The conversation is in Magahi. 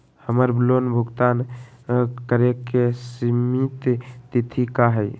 हमर लोन भुगतान करे के सिमित तिथि का हई?